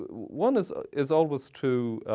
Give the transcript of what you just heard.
one is is always to